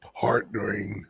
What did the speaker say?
partnering